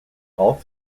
all